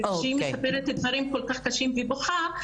כשהיא מספרת דברים כל כך קשים והיא בוכה,